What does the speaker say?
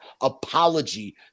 apology